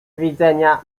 widzenia